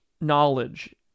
knowledge